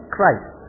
Christ